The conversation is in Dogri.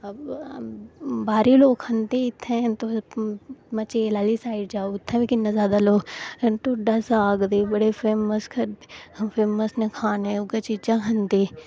बाह्रै दे लोक खंदे इत्थै तुस मचेल आह्ली साईड जाओ उथै बी बड़े ज्यादा लोक ढोडा साग ते बड़े फेमस न खाने गी ते खंदे